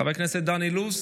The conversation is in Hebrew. חבר הכנסת דן אילוז,